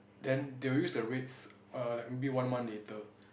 then they will use the rates err like maybe one month later